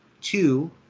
two